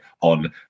on